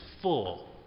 full